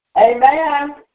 Amen